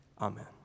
Amen